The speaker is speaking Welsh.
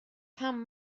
pam